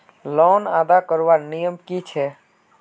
Loan अदा करवार नियम की छे?